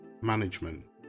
management